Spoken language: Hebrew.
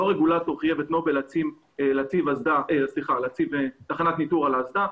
לא הרגולטור חייבו את נובל להציב תחנת ניטור על האסדה.